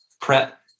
prep